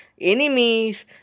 enemies